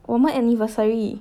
我们 anniversary